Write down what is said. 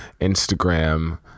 Instagram